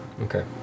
Okay